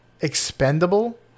expendable